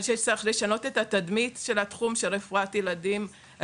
אז צריך לשנות את התדמית של התחום של רפואה התפתחותית